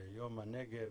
יום הנגב,